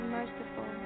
merciful